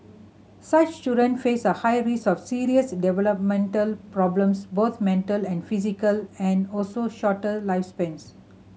such children face a high risk of serious developmental problems both mental and physical and also shorter lifespans